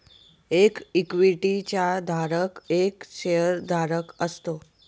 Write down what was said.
एक इक्विटी चा धारक एक शेअर धारक असतो